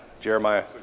Jeremiah